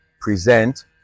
present